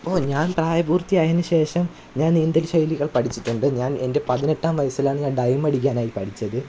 ഓ ഞാൻ പ്രായപൂർത്തിയായതിനു ശേഷം ഞാന് നീന്തല് ശൈലികൾ പഠിച്ചിട്ടുണ്ട് ഞാൻ എന്റെ പതിനെട്ടാം വയസ്സിലാണ് ഡൈം അടിക്കാനായി പഠിച്ചത്